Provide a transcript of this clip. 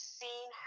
seen